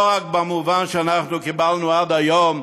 לא רק במובן שאנחנו קיבלנו עד היום,